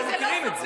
אנחנו מכירים את זה.